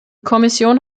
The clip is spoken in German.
kommission